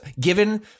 given